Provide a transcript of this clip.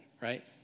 right